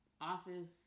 Office